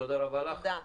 תודה רבה לך תודה רבה.